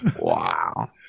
Wow